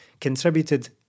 contributed